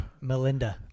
Melinda